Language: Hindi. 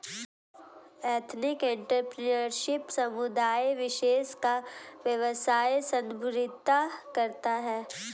एथनिक एंटरप्रेन्योरशिप समुदाय विशेष का व्यवसाय संदर्भित करता है